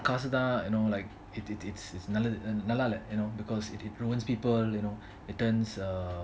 காசு தான்:kaasu thaan you know like it it it's it's நல்லது நலல:nalathu nalala you know because it it ruins people you know it turns uh